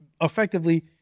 effectively